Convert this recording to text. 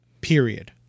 Period